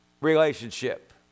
relationship